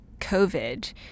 COVID